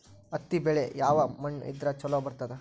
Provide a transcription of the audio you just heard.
ಹತ್ತಿ ಬೆಳಿ ಯಾವ ಮಣ್ಣ ಇದ್ರ ಛಲೋ ಬರ್ತದ?